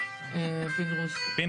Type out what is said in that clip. פינדרוס.